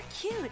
cute